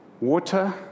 water